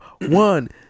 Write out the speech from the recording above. one